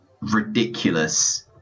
ridiculous